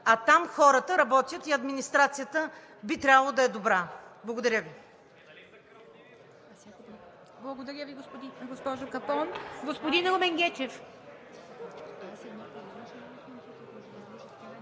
А там хората работят и администрацията би трябвало да е добра. Благодаря Ви.